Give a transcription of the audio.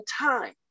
time